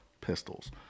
pistols